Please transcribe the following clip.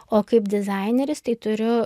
o kaip dizaineris tai turiu